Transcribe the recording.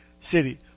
city